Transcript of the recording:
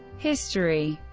history